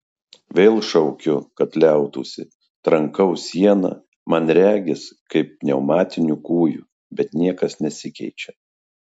vėl šaukiu kad liautųsi trankau sieną man regis kaip pneumatiniu kūju bet niekas nesikeičia